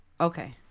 Okay